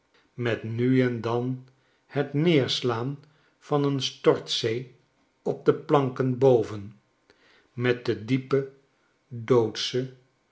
met nu en dan het neerslaan van een stortzee op de planken boven met den diepen doodschen